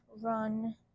run